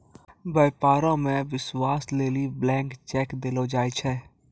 व्यापारो मे विश्वास लेली ब्लैंक चेक देलो जाय छै